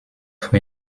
for